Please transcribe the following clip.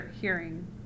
hearing